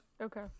Okay